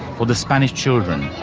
for the spanish children,